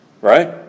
Right